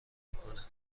میکنه